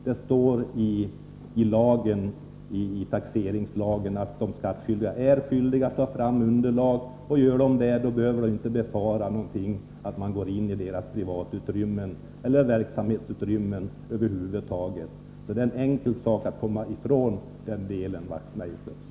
Det står i taxeringslagen att de skattskyldiga är skyldiga att ta fram underlag. Och om de gör det behöver de inte befara att myndigheternas representanter går inideras privatutrymmen eller verksamhetsutrymmen över huvud taget. Det är en enkel sak att komma ifrån den saken, Knut Wachtmeister.